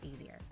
easier